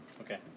Okay